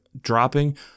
dropping